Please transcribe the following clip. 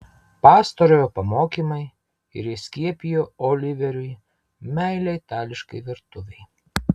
pastarojo pamokymai ir įskiepijo oliveriui meilę itališkai virtuvei